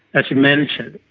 as you mentioned,